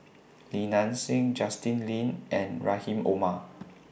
Li Nanxing Justin Lean and Rahim Omar